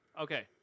Okay